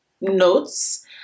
notes